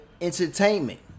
entertainment